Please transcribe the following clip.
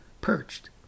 perched